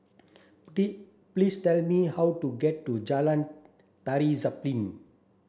please tell me how to get to Jalan Tari Zapin